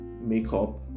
makeup